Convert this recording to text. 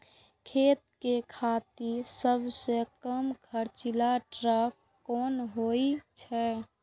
खेती के खातिर सबसे कम खर्चीला ट्रेक्टर कोन होई छै?